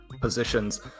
positions